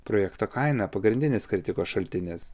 projekto kaina pagrindinis kritikos šaltinis